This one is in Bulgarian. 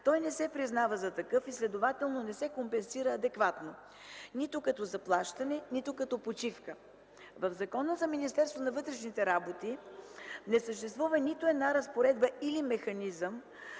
той не се признава за такъв и следователно не се компенсира адекватно нито като заплащане, нито като почивка. В Закона за Министерството на вътрешните работи не съществува нито една разпоредба или механизъм,